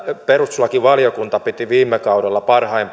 perustuslakivaliokunta piti sitä viime kaudella